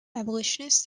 abolitionists